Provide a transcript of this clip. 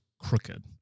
crooked